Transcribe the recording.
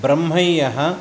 ब्रह्मैय्यः